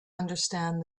understand